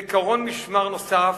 בקרון משמר נוסף